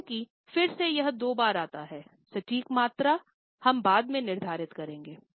क्योंकि फिर से यह दो बार आता है सटीक मात्रा हम बाद में निर्धारित करेंगे